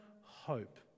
hope